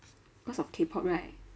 cause of K pop right